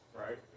Right